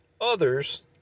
Others